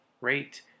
rate